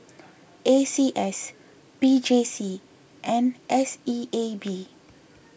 A C S P J C and S E A B